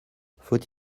faut